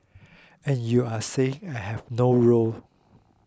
and you are saying I have no role